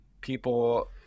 people